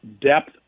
depth